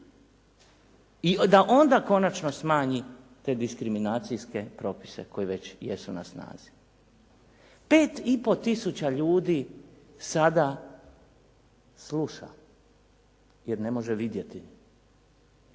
I da onda konačno smanji te diskriminacijske propise koji već jesu na snazi. 5 i pol tisuća ljudi sada sluša, jer ne može vidjeti,